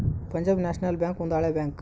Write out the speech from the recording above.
Punjab national bank ಒಂದು ಹಳೆ bank